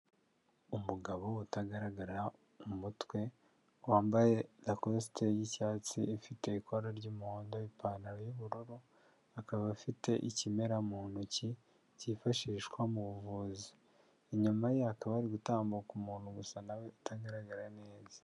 Umugabo utagaragara umutwe, wambaye rakosite y'icyatsi ifite ikora ry'umuhondo, ipantaro y'ubururu, akaba afite ikimera mu ntoki cyifashishwa mu buvuzi, inyuma ye hakaba hari gutambuka umuntu gusa na we utagaragara neza.